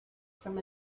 from